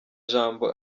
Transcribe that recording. jambo